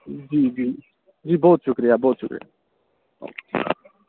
جی جی جی بہت شکریہ بہت شکریہ اوکے